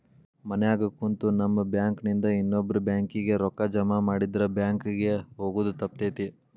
ಮನ್ಯಾಗ ಕುಂತು ನಮ್ ಬ್ಯಾಂಕ್ ನಿಂದಾ ಇನ್ನೊಬ್ಬ್ರ ಬ್ಯಾಂಕ್ ಕಿಗೆ ರೂಕ್ಕಾ ಜಮಾಮಾಡಿದ್ರ ಬ್ಯಾಂಕ್ ಕಿಗೆ ಹೊಗೊದ್ ತಪ್ತೆತಿ